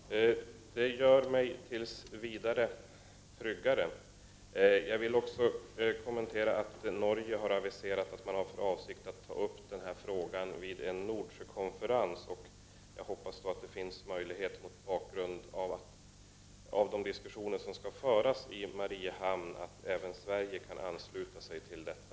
Herr talman! Jag känner mig tills vidare tryggare. Jag vill också kommentera att Norge har aviserat att man har för avsikt att ta upp frågan vid en Nordsjökonferens. Jag hoppas att det mot bakgrund av de diskussioner som kommer att föras i Mariehamn då finns möjlighet även för Sverige att ansluta sig till detta.